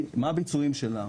מה הביצועים שלה,